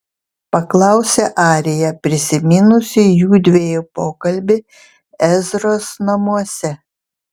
paklausė arija prisiminusi judviejų pokalbį ezros namuose